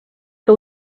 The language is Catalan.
que